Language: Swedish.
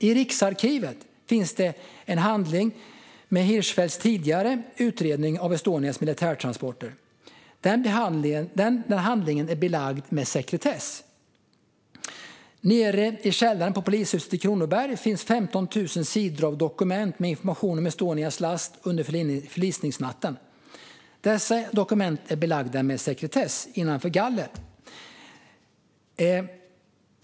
I Riksarkivet finns en handling med Hirschfeldts tidigare utredning av Estonias militärtransporter. Denna handling är belagd med sekretess. Nere i källaren på polishuset Kronoberg finns 15 000 sidor av dokument med information om Estonias last under förlisningsnatten. Dessa dokument är belagda med sekretess och finns innanför galler.